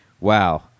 wow